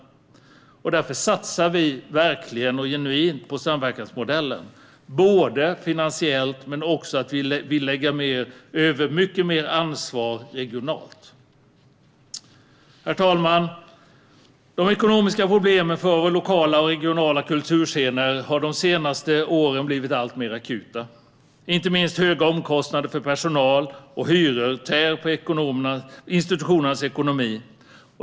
Därför satsar vi, verkligen och genuint, på kultursamverkansmodellen - både finansiellt och genom att vi lägger över mycket mer ansvar regionalt. Herr talman! De ekonomiska problemen för våra lokala och regionala kulturscener har de senaste åren blivit alltmer akuta. Inte minst höga omkostnader för personal och hyror tär på institutionernas ekonomi.